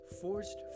forced